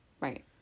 Right